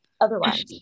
otherwise